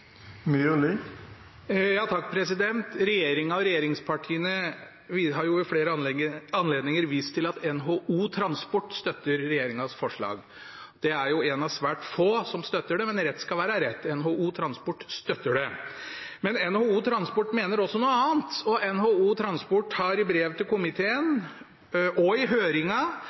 og regjeringspartiene har ved flere anledninger vist til at NHO Transport støtter regjeringens forslag. Det er en av svært få som støtter det, men rett skal være rett – NHO Transport støtter det. Men NHO Transport mener også noe annet. NHO Transport har i brev til komiteen og i